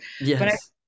Yes